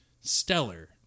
stellar